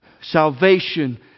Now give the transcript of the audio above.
salvation